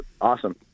awesome